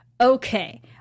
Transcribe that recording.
okay